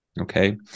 Okay